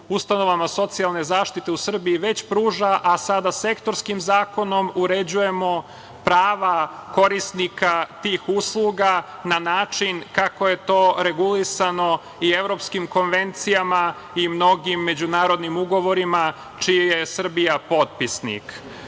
ustavama socijalne zaštite u Srbiji, već pruža, a sada sektorskim zakonom uređujemo prava korisnika tih usluga na način kako je to regulisano i evropskim konvencijama i mnogim međunarodnim ugovorima čiji je Srbija potpisnik.U